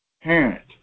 parent